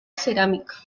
cerámica